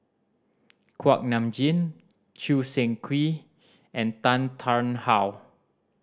Kuak Nam Jin Choo Seng Quee and Tan Tarn How